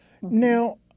Now